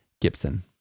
Gibson